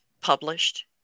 published